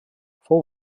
fou